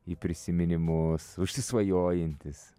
į prisiminimus užsisvajojantis